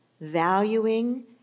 valuing